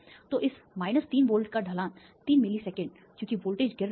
तो इस 3 वोल्ट का ढलान 3 मिली सेकंड क्योंकि वोल्टेज गिर रहा है